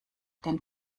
den